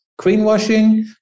greenwashing